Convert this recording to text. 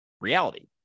reality